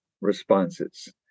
responses